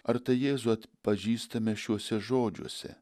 ar tai jėzų atpažįstame šiuose žodžiuose